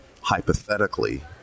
hypothetically